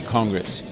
Congress